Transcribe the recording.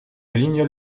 lignol